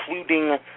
including